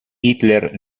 hitler